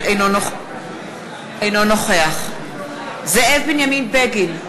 אינו נוכח זאב בנימין בגין,